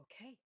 Okay